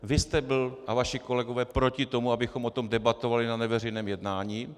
Vy jste byl a vaši kolegové proti tomu, abychom o tom debatovali na neveřejném jednání.